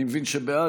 אני מבין שבעד.